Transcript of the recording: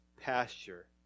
pasture